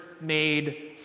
made